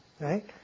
right